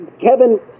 Kevin